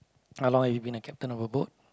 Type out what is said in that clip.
how long have you been the captain of a boat